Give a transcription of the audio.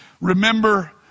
Remember